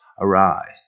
Arise